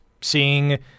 seeing